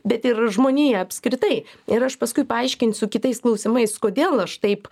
bet ir žmoniją apskritai ir aš paskui paaiškinsiu kitais klausimais kodėl aš taip